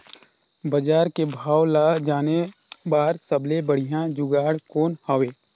बजार के भाव ला जाने बार सबले बढ़िया जुगाड़ कौन हवय?